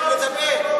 לדבר.